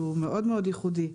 שהוא מאוד-מאוד ייחודי,